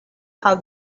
how